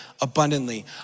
abundantly